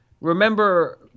remember